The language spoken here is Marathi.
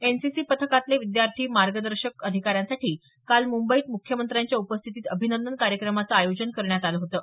एनसीसी पथकातले विद्यार्थी मार्गदर्शक अधिकाऱ्यांसाठी काल मंबईत म्रख्यमंत्र्यांच्या उपस्थितीत अभिनंदन कार्यक्रमाचं आयोजन करण्यात आलं होतं